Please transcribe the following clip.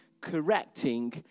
correcting